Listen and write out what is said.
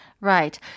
Right